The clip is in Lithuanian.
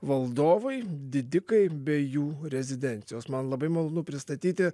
valdovai didikai bei jų rezidencijos man labai malonu pristatyti